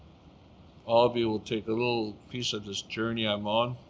of you will take a little piece of this journey i'm on